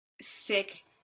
sick